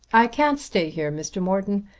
i can't stay here, mr. morton.